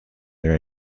their